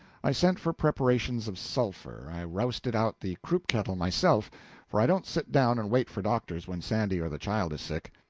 i sent for preparations of sulphur, i rousted out the croup-kettle myself for i don't sit down and wait for doctors when sandy or the child is sick.